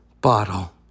bottle